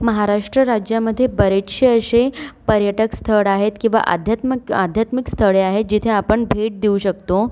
महाराष्ट्र राज्यामध्ये बरेचसे असे पर्यटक स्थळ आहेत किंवा अध्यात्मक अध्यात्मिक स्थळे आहेत जिथे आपण भेट देऊ शकतो